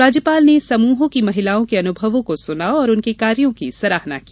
राज्यपाल ने समूहों की महिलाओं के अनुभवों को सुना और उनके कार्यों की सराहना की